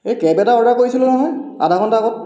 এই কেব এটা অৰ্ডাৰ কৰিছিলোঁ নহয় আধা ঘণ্টা আগত